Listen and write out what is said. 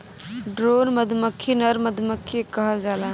drone मधुमक्खी नर मधुमक्खी के कहल जाला